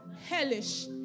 Hellish